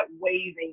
waving